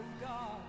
God